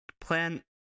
Plan